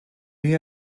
you